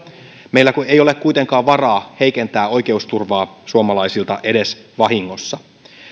meillä ei ole kuitenkaan varaa heikentää oikeusturvaa suomalaisilta edes vahingossa